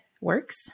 works